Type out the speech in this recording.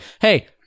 hey